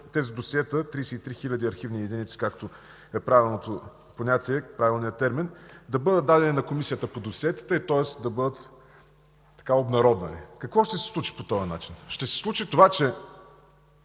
тези досиета – 33 хиляди архивни единици, както е правилният термин, да бъдат дадени на Комисията по досиетата, тоест да бъдат обнародвани. Какво ще се случи по този начин? Ще се случи това, че